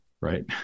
right